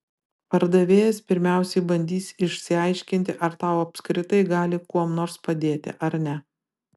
pardavėjas pirmiausiai bandys išsiaiškinti ar tau apskritai gali kuom nors padėti ar ne